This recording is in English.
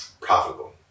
profitable